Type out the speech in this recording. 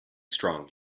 strong